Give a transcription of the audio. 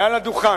מעל לדוכן,